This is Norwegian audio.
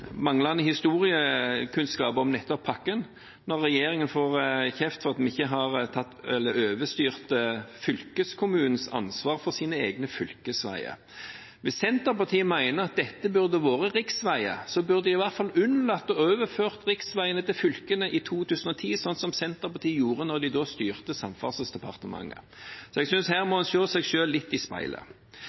manglende historiekunnskap om nettopp pakken når regjeringen får kjeft for at den har overstyrt fylkeskommunen når det gjelder ansvaret for deres egne fylkesveier. Hvis Senterpartiet mener at dette burde vært riksveier, burde de i hvert fall ha unnlatt å overføre riksveiene til fylkene i 2010, som Senterpartiet gjorde da de styrte Samferdselsdepartementet. Jeg synes at en her må se seg selv litt i speilet.